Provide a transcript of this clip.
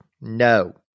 No